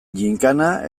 ginkana